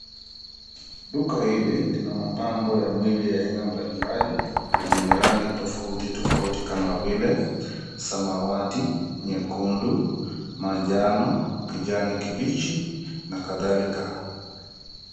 Duka hili lina mapambo ya mwili ya ina mbalimbali yenye rangi tofauti tofauti kama vile samawati, nyekundu, manjano, kijani kibichi na kadhalika.